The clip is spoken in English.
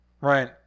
Right